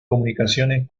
comunicaciones